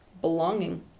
belonging